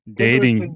dating